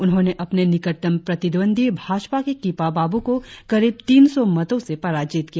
उन्होंने अपने निकटतम प्रतिद्वंदी भाजपा के किपा बाबू को करीब तीन सौ मतो से पराजित किया